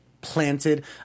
planted